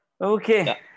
Okay